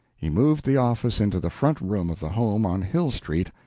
he moved the office into the front room of the home on hill street,